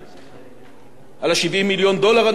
על 70 מיליון הדולר הנוספים ל"כיפת ברזל",